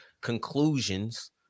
conclusions